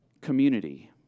community